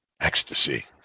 ecstasy